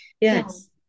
yes